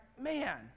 man